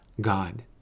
God